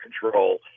control